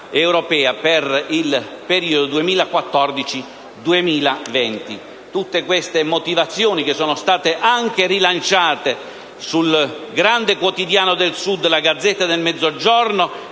per il periodo 2014‑2020. Tutte queste motivazioni, rilanciate anche sul grande quotidiano del Sud «La Gazzetta del Mezzogiorno»,